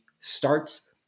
starts